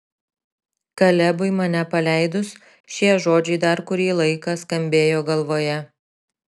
kalebui mane paleidus šie žodžiai dar kurį laiką skambėjo galvoje